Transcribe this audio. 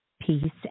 Peace